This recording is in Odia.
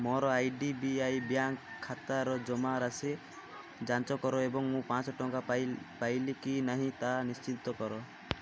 ମୋର I D B I bank ଖାତାର ଜମାରାଶି ଯାଞ୍ଚ କର ଏବଂ ମୁଁ ପାଞ୍ଚଶହ ଟଙ୍କା ପା ପାଇଲି କି ନାହିଁ ତାହା ନିଶ୍ଚିତ କର